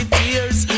tears